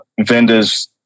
vendors